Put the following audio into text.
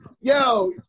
yo